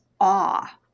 awe